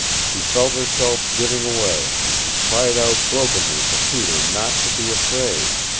she felt herself giving away, and she cried out brokenly for peter not to be afraid.